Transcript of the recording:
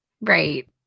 Right